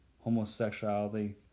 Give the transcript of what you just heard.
homosexuality